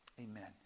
amen